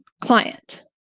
client